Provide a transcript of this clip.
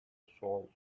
souls